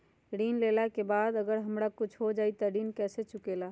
ऋण लेला के बाद अगर हमरा कुछ हो जाइ त ऋण कैसे चुकेला?